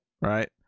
Right